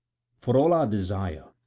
for all our desire,